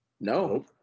No